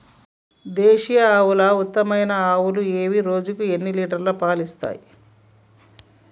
దేశీయ ఆవుల ఉత్తమమైన ఆవులు ఏవి? రోజుకు ఎన్ని లీటర్ల పాలు ఇస్తాయి?